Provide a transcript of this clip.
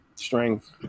Strength